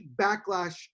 backlash